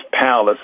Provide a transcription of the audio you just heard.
palace